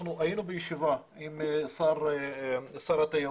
אנחנו היינו בישיבה עם שר התיירות